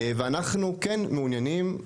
ואנחנו כן מעוניינים,